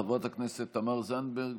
חברת הכנסת תמר זנדברג,